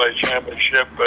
championship